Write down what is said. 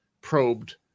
probed